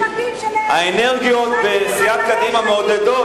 האנרגיות בסיעת קדימה מעודדות,